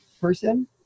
person